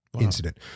incident